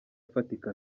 afatika